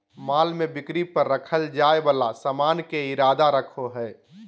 माल में बिक्री पर रखल जाय वाला सामान के इरादा रखो हइ